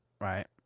Right